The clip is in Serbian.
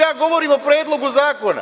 Ja govorim o Predlogu zakona.